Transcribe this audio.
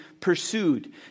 Pursued